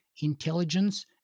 intelligence